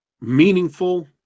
meaningful